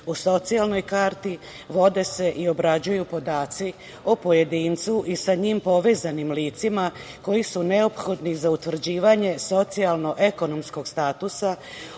U socijalnoj karti vode se i obrađuju podaci o pojedincu i sa njim povezanim licima koji su neophodni za utvrđivanje socijalnoekonomskog statusa,